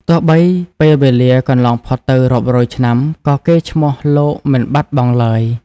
ទោះបីពេលវេលាកន្លងផុតទៅរាប់រយឆ្នាំ ក៏កេរ្តិ៍ឈ្មោះលោកមិនបាត់បង់ឡើយ។